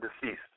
deceased